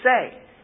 say